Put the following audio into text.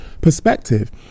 perspective